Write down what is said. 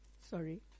Sorry